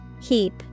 Heap